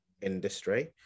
industry